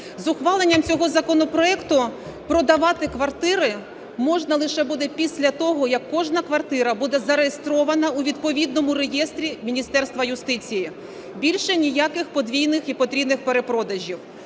З ухваленням цього законопроекту продавати квартири можна лише буде після того, як кожна квартира буде зареєстрована у відповідному реєстрі Міністерства юстиції. Більше ніяких подвійних і потрійних перепродажів.